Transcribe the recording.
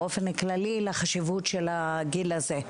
על החשיבות של הגיל הזה.